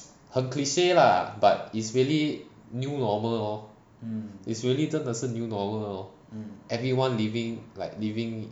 很 cliche lah but is really new normal lor is really 真的是 new normal everyone living like living